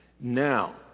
Now